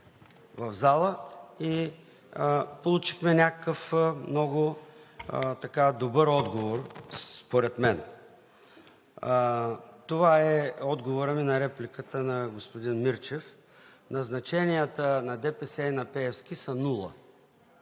в залата и получихме някакъв много добър отговор според мен. Това е отговорът ми на репликата на господин Мирчев. Назначенията на ДПС и на Пеевски са нула